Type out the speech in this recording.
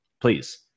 please